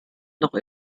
noch